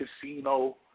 casino